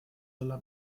della